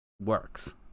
works